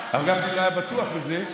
לא היה בטוח בזה,